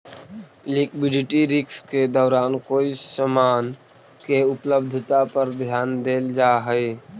liquidity risk के दौरान कोई समान के उपलब्धता पर ध्यान देल जा हई